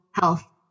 health